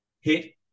hit